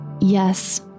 Yes